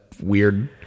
weird